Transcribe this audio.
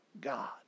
God